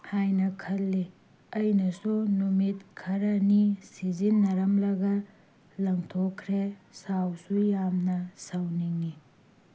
ꯍꯥꯏꯅ ꯈꯜꯂꯤ ꯑꯩꯅꯁꯨ ꯅꯨꯃꯤꯠ ꯈꯔꯅꯤ ꯁꯤꯖꯤꯟꯅꯔꯝꯂꯒ ꯂꯪꯊꯣꯛꯈ꯭ꯔꯦ ꯁꯥꯎꯁꯨ ꯌꯥꯝꯅ ꯁꯥꯎꯅꯤꯡꯉꯤ